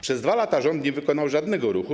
Przez 2 lata rząd nie wykonał żadnego ruchu.